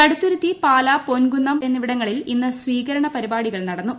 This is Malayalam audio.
കടുത്തുരുത്തി പാലാ പൊൻകുന്നു എന്നിവിടങ്ങളിൽ ഇന്ന് സ്വീകരണ പരിപാടികൾ നടന്നു